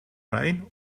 rein